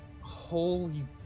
Holy